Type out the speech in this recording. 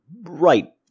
right